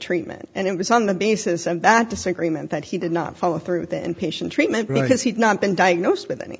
treatment and it was on the basis of that disagreement that he did not follow through with it and patient treatment because he's not been diagnosed with any